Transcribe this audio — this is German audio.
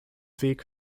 weg